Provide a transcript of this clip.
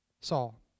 Saul